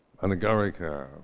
anagarika